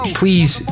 please